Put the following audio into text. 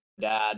dad